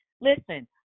Listen